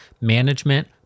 management